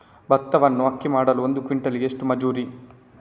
ಭತ್ತವನ್ನು ಅಕ್ಕಿ ಮಾಡಲು ಒಂದು ಕ್ವಿಂಟಾಲಿಗೆ ಎಷ್ಟು ಮಜೂರಿ?